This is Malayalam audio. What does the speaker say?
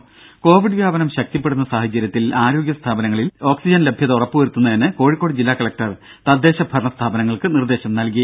ദ്ദേ കോവിഡ് വ്യാപനം ശക്തിപ്പെടുന്ന സാഹചര്യത്തിൽ ആരോഗ്യ സ്ഥാപനങ്ങളിൽ ഓക്സിജൻ ലഭ്യത ഉറപ്പു വരുത്തുന്നതിന് കോഴിക്കോട് ജില്ലാ കലക്ടർ തദ്ദേശ ഭരണ സ്ഥാപനങ്ങൾക്ക് നി ർദ്ദേശം നൽകി